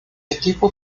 equipo